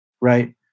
right